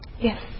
Yes